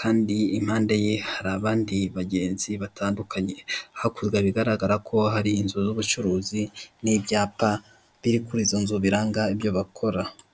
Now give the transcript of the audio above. kandi impande ye hari abandi bagenzi batandukanye, hakurya bigaragara ko hari inzu z'ubucuruzi n'ibyapa biri kuri izo nzu biranga ibyo bakora.